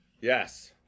Yes